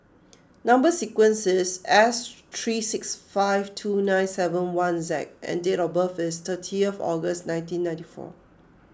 Number Sequence is S three six five two nine seven one Z and date of birth is thirtieth August nineteen ninety four